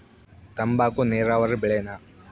ತಂಬಾಕು ನೇರಾವರಿ ಬೆಳೆನಾ?